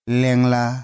lengla